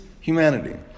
Humanity